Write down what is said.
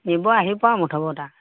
নিব আহিব আৰু মুঠৰ ওপৰত আৰু